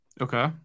Okay